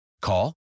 Call